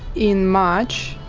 in march,